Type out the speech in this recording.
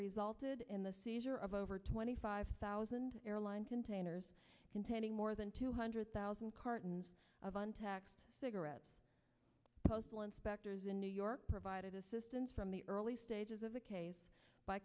resulted in the of over twenty five thousand airline containers containing more than two hundred thousand cartons of cigarettes postal inspectors in new york provided assistance from the early stages of a case by